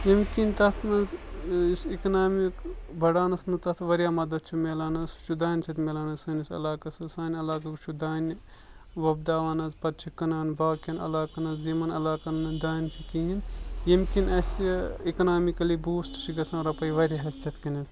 ییٚمہِ کِنۍ تَتھ منٛز یُس اِکنامِک بَڑاونَس منٛز تَتھ واریاہ مَدد چھُ میلان حظ سُہ چھُ دانہِ سۭتۍ مِلان حظ سٲنِس علاقَس حظ سانہِ علاقُک چھُ دانہِ وۄپداوان حظ پَتہٕ چھِ کٕنان باقِیَن علاقَن حظ یِمن علاقَن نہٕ دانہِ چھُ کِہیٖنۍ ییٚمہِ کِنۍ اَسہِ اِکنامِکٔلی بوٗسٹ چھِ گژھان رۄپَے واریاہ حظ تِتھ کٔن۪تھ